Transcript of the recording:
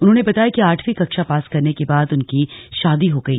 उन्होंने बताया कि आठवीं कक्षा पास करने के बाद उनकी शादी हो गई